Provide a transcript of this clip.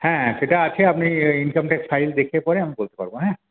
হ্যাঁ হ্যাঁ সেটা আছে আপনি ইনকাম ট্যাক্স ফাইল দেখে পরে আমি বলতে পারবো হ্যাঁ